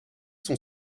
son